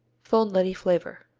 full nutty flavor.